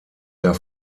der